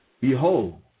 Behold